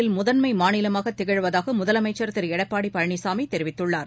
தமிழகம் முதன்மைமாநிலமாகத் திகழ்வதாகமுதலமைச்சர் திருஎடப்பாட்பழனிசாமிதெரிவித்துள்ளார்